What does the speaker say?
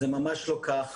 זה ממש לא כך.